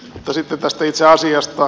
sitten tästä itse asiasta